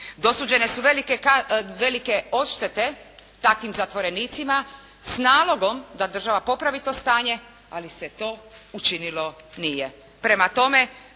Dosuđene su velike odštete takvim zatvorenicima s nalogom da država popravi to stanje, ali se to učinilo nije.